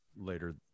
later